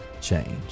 change